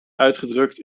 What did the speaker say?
uitgedrukt